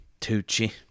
Tucci